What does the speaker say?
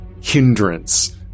hindrance